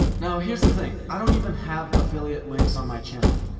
now here's the thing. i don't even have affiliate links on my channel,